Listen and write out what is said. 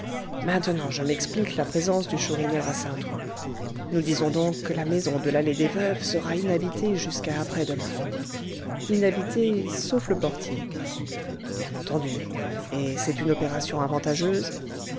maintenant je m'explique la présence du chourineur à saint-ouen nous disons donc que la maison de l'allée des veuves sera inhabitée jusqu'à après-demain inhabitée sauf le portier bien entendu et c'est une opération avantageuse